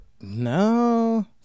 no